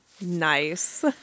Nice